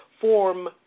form